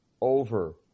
over